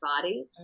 body